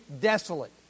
desolate